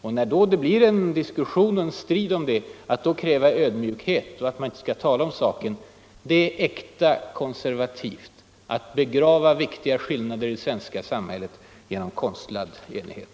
Och att då när det blir en diskussion och strid om det, kräva ödmjukhet och att man inte skall tala om saken, det är äkta konservatism — att begrava viktiga skillnader i det svenska samhället genom konstlad enighet.